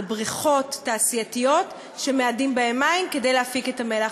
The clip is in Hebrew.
לבריכות תעשייתיות שמאדים בהן מים כדי להפיק את המלח.